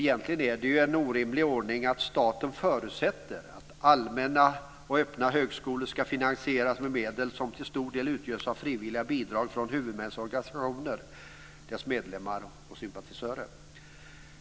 Egentligen är det ju en orimlig ordning att staten förutsätter att allmänna och öppna högskolor ska finansieras med medel som till stor del utgörs av frivilliga bidrag från huvudmännens organisationer, deras medlemmar och sympatisörer.